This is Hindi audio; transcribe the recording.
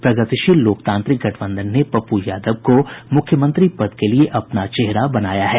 प्रगतिशील लोकतांत्रिक गठबंधन ने पप्पू यादव को मुख्यमंत्री पद के लिये अपना चेहरा बनाया है